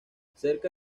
cerca